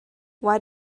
why